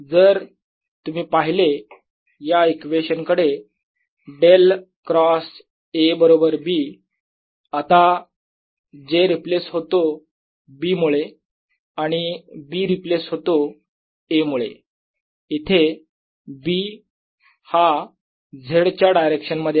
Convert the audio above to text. जर तुम्ही पाहिले या इक्वेशन कडे डेल क्रॉस A बरोबर B आता j रिप्लेस होतो B मुळे आणि B रिप्लेस होतो A मुळे इथे B हा z चा डायरेक्शन मध्ये आहे